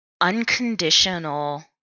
unconditional